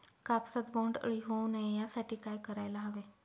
कापसात बोंडअळी होऊ नये यासाठी काय करायला हवे?